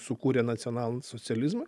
sukūrė nacionalsocializmą